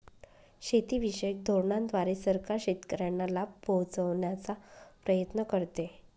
शेतीविषयक धोरणांद्वारे सरकार शेतकऱ्यांना लाभ पोहचवण्याचा प्रयत्न करते